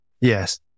yes